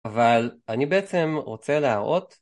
אבל אני בעצם רוצה להראות